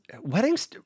weddings